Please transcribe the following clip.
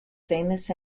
famous